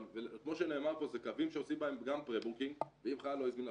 אבל כמו שנאמר פה זה קוים שעושים בהם גם פרה בוקינג ואם חייל לא הזמין,